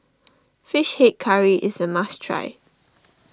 Fish Head Curry is a must try